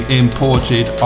imported